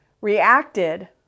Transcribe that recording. reacted